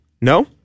No